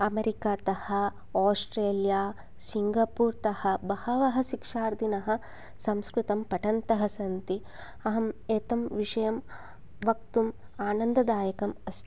आमरिकातः Australia सिङ्गपूर्तः बहवः शिक्षार्थिनः संस्कृतं पठन्तः सन्ति अहम् एतं विषयं वक्तुम् आनन्ददायकम् अस्ति